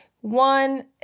One